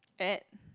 at